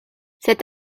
cet